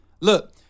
Look